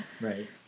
Right